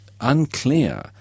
unclear